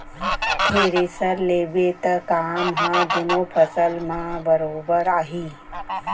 thresher लेबे त काम ह दुनों फसल म बरोबर आही